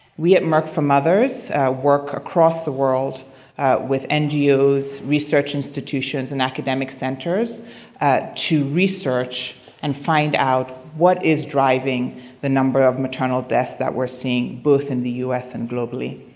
we at merck for mothers work across the world with ngo's, research institutions, and academic centers to research and find out what is driving the number of maternal deaths that we're seeing both in the us and globally?